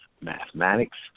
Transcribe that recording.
Mathematics